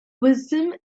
wisdom